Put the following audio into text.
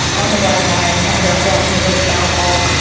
on the way home i ended up wiping into a power pole.